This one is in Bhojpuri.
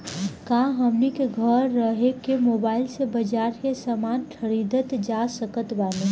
का हमनी के घेरे रह के मोब्बाइल से बाजार के समान खरीद सकत बनी?